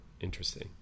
Interesting